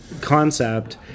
concept